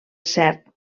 cert